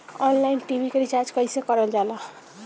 Online TV के recharge कईसे करल जाला?